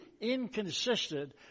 inconsistent